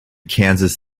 kansas